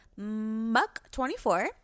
Muck24